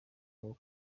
bwo